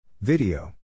Video